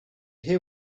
hear